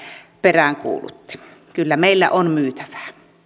peräänkuulutti kyllä meillä on myytävää